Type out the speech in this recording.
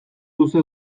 luze